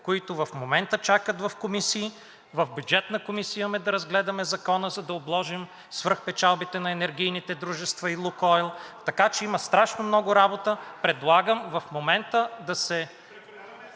които в момента чакат в комисии, в Бюджетна комисия имаме да разгледаме закона, за да обложим свръхпечалбите на енергийните дружества и „Лукойл“, така че има страшно много работа. Предлагам в момента тази